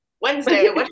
Wednesday